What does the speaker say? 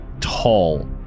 tall